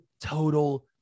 total